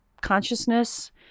consciousness